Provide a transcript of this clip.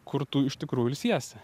kur tu iš tikrųjų ilsiesi